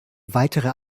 weitere